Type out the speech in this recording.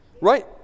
Right